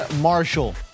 Marshall